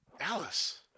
Alice